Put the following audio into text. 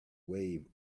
wave